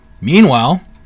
meanwhile